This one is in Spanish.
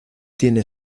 tiene